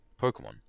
Pokemon